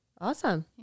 awesome